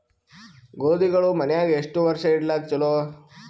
ಗೋಧಿಗಳು ಮನ್ಯಾಗ ಎಷ್ಟು ವರ್ಷ ಇಡಲಾಕ ಚಲೋ?